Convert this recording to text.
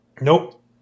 Nope